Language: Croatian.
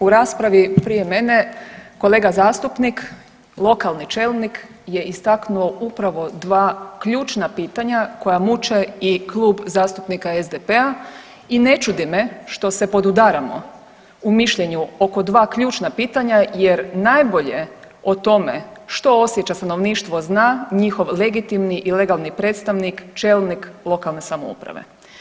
U raspravi prije mene kolega zastupnik, lokalni čelnik je istaknuo upravo dva ključna pitanja koja muče i Klub zastupnika SDP-a i ne čudi me što se podudaramo u mišljenju oko dva ključna pitanja jer najbolje o tome što osjeća stanovništvo zna, njihov legitimni i legalni predstavnik, čelnik lokalne samouprave.